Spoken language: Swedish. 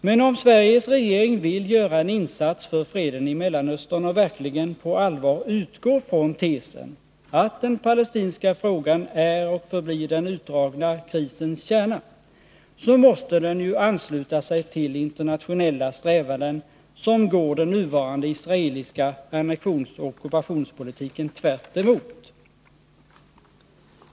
Men om Sveriges regering vill göra en insats för freden i Mellanöstern och verkligen på allvar utgår från tesen att den palestinska frågan är och förblir den utdragna krisens kärna, så måste den ju ansluta sig till internationella strävanden som går den nuvarande israeliska annexionsoch ockupationspolitiken tvärtemot.